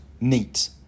neat